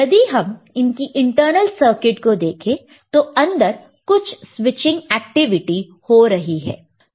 यदि हम इसकी इंटरनल सर्किट को देखें तो अंदर कुछ स्विचिंग एक्टिविटी हो रही है